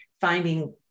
finding